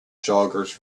joggers